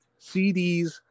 cds